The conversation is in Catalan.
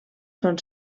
són